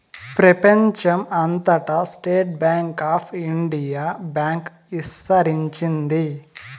ప్రెపంచం అంతటా state bank of India bank ఇస్తరించింది